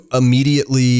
immediately